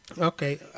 Okay